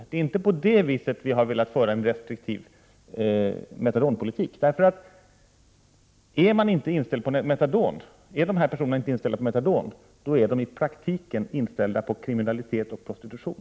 Det är inte på detta sätt som vi har velat föra en restriktiv metadonpolitik. Är inte dessa missbrukare inställda på metadonbehandling är de i praktiken ofta inställda på kriminalitet och prostitution.